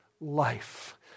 life